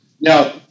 Now